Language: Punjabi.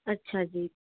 ਅੱਛਾ ਜੀ